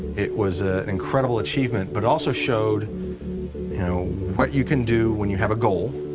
it was an incredible achievement, but also showed, you know, what you can do when you have a goal.